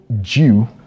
Jew